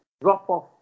drop-off